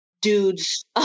dudes